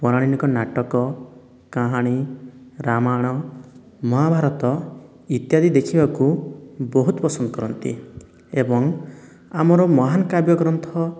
ପୌରାଣିକ ନାଟକ କାହାଣୀ ରାମାୟଣ ମହାଭାରତ ଇତ୍ୟାଦି ଦେଖିବାକୁ ବହୁତ ପସନ୍ଦ କରନ୍ତି ଏବଂ ଆମର ମହାନ କାବ୍ୟ ଗ୍ରନ୍ଥ